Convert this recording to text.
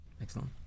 Excellent